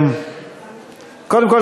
קודם כול,